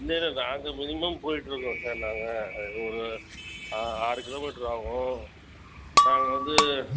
இல்லைல்ல நாங்கள் மினிமம் போயிட்டு இருக்கோம் சார் நாங்கள் அது ஒரு ஆ ஆறு கிலோ மீட்டர் ஆகும் நாங்கள் வந்து